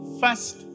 first